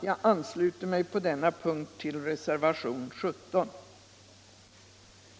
Jag ansluter mig på denna punkt till reservationen 17.